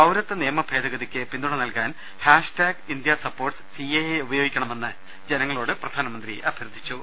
പൌരത്വ നിയമ ഭേദഗതിക്ക് പിന്തുണ നൽകാൻ hashtag India supports C A എയെ ഉപയോഗിക്കണമെന്ന് ജനങ്ങളോട് പ്രധാനമന്ത്രി അഭ്യർത്ഥിച്ചു